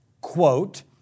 quote